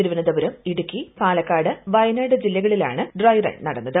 തിരുവനന്തപുരം ഇടുക്കി പാലക്കാട് വയനാട് ജില്ലകളിലാണ് dry run നടന്നത്